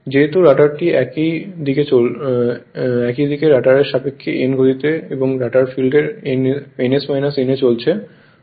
যেহেতু রটারটি একই দিকে রটারের সাপেক্ষে n গতিতে এবং রটার ফিল্ডটি ns n এ চলছে